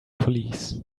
police